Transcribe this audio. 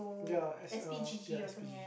ya as a ya as